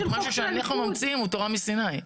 כי משהו שאנחנו ממציאים הוא תורה מסיני.